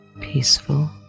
peaceful